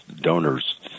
donors